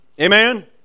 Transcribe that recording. Amen